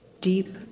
deep